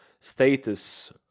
status